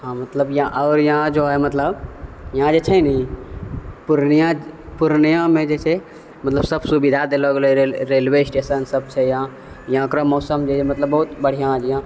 हँ मतलब आओर यहाँ जो है मतलब यहाँ जे छै नी पूर्णिया पूर्णियामे जे छै मतलब सब सुविधा देलो गेलै र रेलवे स्टेशन सब छै यहाँ यहाँके रऽ मौसम जे मतलब बहुत बढ़िआँ यऽ